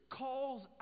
calls